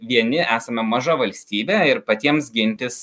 vieni esame maža valstybė ir patiems gintis